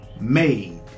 made